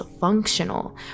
functional